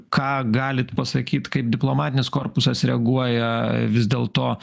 ką galit pasakyt kaip diplomatinis korpusas reaguoja vis dėlto